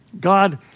God